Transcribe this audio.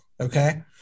okay